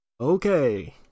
Okay